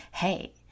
Hey